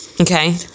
Okay